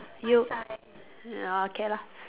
you ya okay lah